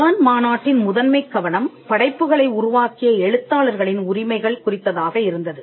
Berne மாநாட்டின் முதன்மை கவனம் படைப்புகளை உருவாக்கிய எழுத்தாளர்களின் உரிமைகள் குறித்ததாக இருந்தது